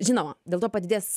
žinoma dėl to padidės